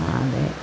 ആകെ